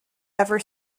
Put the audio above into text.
ever